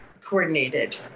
coordinated